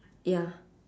ya